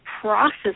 process